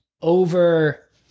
over